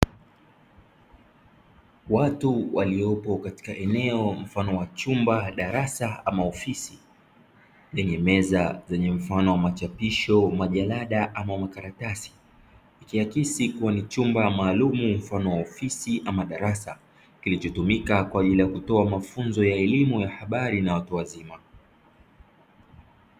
Watu waliopo katika eneo mfano wa chumba, darasa ama ofisi, chenye meza zenye mfano wa machapisho, majalada ama makaratasi; ikiakisi kuwa ni chumba maalumu mfano wa ofisi ama darasa, kilichotumika kwa ajili ya kutoa mafunzo ya elimu ya habari na watu wazima.